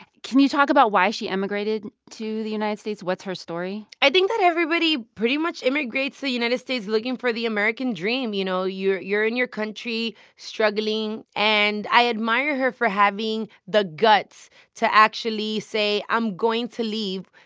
can you talk about why she immigrated to the united states? what's her story? i think that everybody pretty much immigrates to the united states looking for the american dream, you know? you're in your country struggling. and i admire her for having the guts to actually say, i'm going to leave.